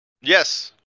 Yes